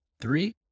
Three